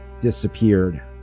disappeared